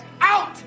out